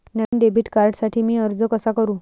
नवीन debit कार्डसाठी मी अर्ज कसा करू?